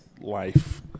life